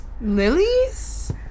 Lilies